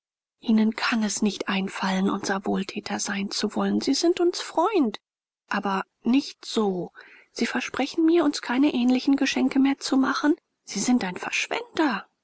ihnen kann es nicht einfallen unser wohltäter sein zu wollen sie sind unser freund aber nicht so sie versprechen mir uns keine ähnlichen geschenke mehr zu machen sie sind ein verschwender